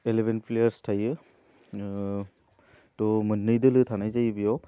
एलेभेन्ट players थायो ओह थह मोननै दोलो थानाय जायो बेयाव